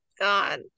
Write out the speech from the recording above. god